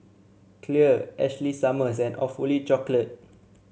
Clear Ashley Summers and Awfully Chocolate